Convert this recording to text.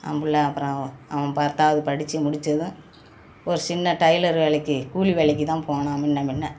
அவன் பிள்ள அப்புறம் அவன் பத்தாவது படிச்சு முடிச்சதும் ஒரு சின்ன டைலர் வேலைக்கு கூலி வேலைக்குதான் போனான் முன்ன முன்ன